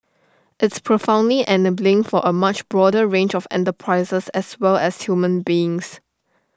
it's profoundly enabling for A much broader range of enterprises as well as human beings